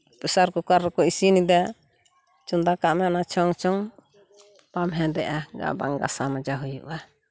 ᱯᱮᱥᱟᱨ ᱠᱩᱠᱟᱨ ᱨᱮᱠᱚ ᱤᱥᱤᱱᱮᱫᱟ ᱪᱚᱸᱫᱟ ᱠᱟᱜ ᱢᱮ ᱚᱱᱟ ᱪᱷᱚᱝ ᱪᱷᱚᱝ ᱵᱟᱢ ᱦᱮᱸᱫᱮᱜᱼᱟ ᱵᱟᱝ ᱜᱟᱥᱟᱣ ᱢᱟᱡᱟᱣ ᱦᱩᱭᱩᱜᱼᱟ